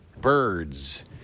Birds